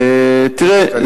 תראה,